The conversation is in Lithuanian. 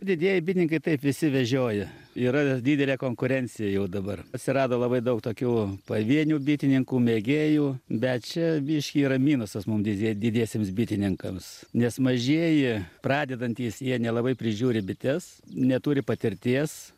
didieji bitininkai taip visi vežioja yra didelė konkurencija jau dabar atsirado labai daug tokių pavienių bitininkų mėgėjų bet čia biškį yra minusas mum didie didiesiems bitininkams nes mažieji pradedantys jie nelabai prižiūri bites neturi patirties